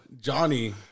Johnny